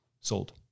Sold